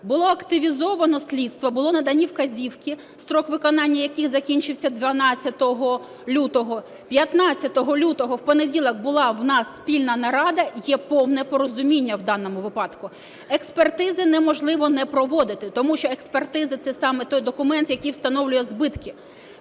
Було активізовано слідство, були надані вказівки, строк виконання яких закінчився 12 лютого. 15 лютого в понеділок була у нас спільна нарада, є повне порозуміння в даному випадку. Експертизи неможливо не проводити. Тому що експертизи – це саме той документ, який встановлює збитки.